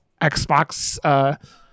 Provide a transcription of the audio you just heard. xbox